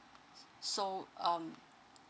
s~ so um